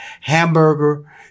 hamburger